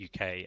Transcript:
UK